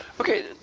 Okay